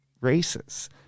races